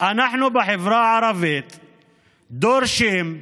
אנחנו בחברה הערבית דורשים,